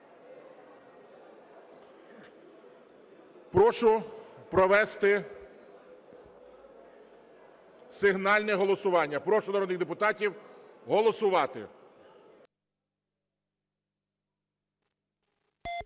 Прошу провести сигнальне голосування. Прошу народних депутатів голосувати.